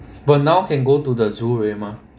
but now can go to the zoo already mah